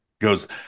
goes